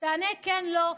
תענה: כן, לא.